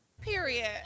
Period